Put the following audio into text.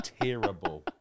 terrible